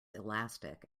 elastic